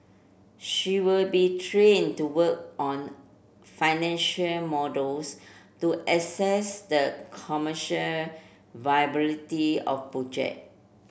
she will be train to work on financial models to assess the commercial viability of project